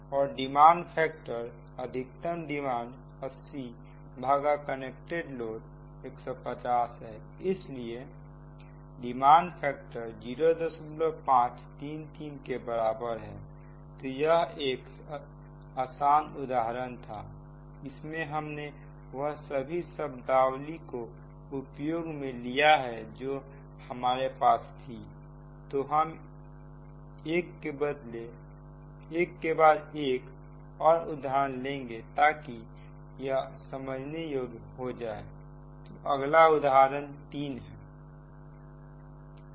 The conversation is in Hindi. और डिमांड फैक्टर अधिकतम डिमांड 80 भागा कनेक्टेड लोड 150 है इसलिए डिमांड फैक्टर 0533 के बराबर है तो यह एक आसान उदाहरण था और इसमें हमने वह सभी शब्दावली को उपयोग में लिया है जो हमारे पास थी तो हम एक के बाद एक और उदाहरण लेंगे ताकि यह समझने योग्य हो जाए तो अगले उदाहरण 3 है